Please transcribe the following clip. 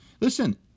Listen